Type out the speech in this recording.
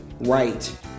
Right